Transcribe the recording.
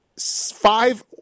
five